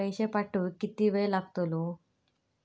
पैशे पाठवुक किती वेळ लागतलो?